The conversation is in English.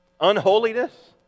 unholiness